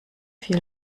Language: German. viel